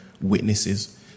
witnesses